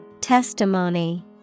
Testimony